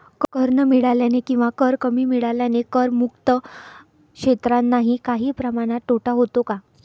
कर न मिळाल्याने किंवा कर कमी मिळाल्याने करमुक्त क्षेत्रांनाही काही प्रमाणात तोटा होतो का?